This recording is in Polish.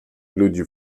ludzi